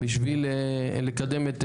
בשביל לקדם את